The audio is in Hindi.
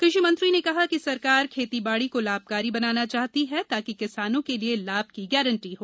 कृषि मंत्री ने कहा कि सरकार खेतीबाड़ी को लाभकारी बनाना चाहती है ताकि किसानों के लिए लाभ की गारंटी हो